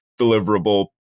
deliverable